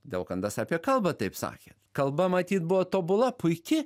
daukantas apie kalbą taip sakė kalba matyt buvo tobula puiki